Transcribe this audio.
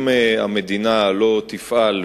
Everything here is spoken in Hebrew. אם המדינה לא תפעל,